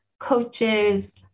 coaches